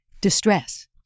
distress